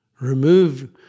remove